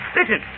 Listen